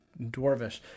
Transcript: Dwarvish